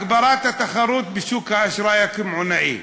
הגברת התחרות בשוק האשראי הקמעונאי,